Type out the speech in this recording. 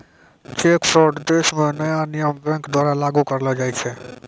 cheque fraud देश म नया नियम बैंक द्वारा लागू करलो जाय छै